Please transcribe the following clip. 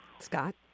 Scott